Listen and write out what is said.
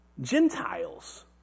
Gentiles